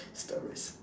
stories